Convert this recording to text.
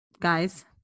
guys